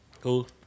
Cool